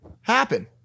happen